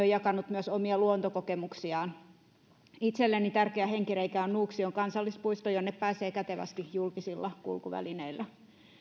jakanut myös omia luontokokemuksiaan itselleni tärkeä henkireikä on nuuksion kansallispuisto jonne pääsee kätevästi julkisilla kulkuvälineillä